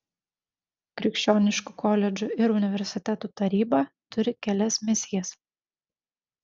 krikščioniškų koledžų ir universitetų taryba turi kelias misijas